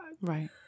right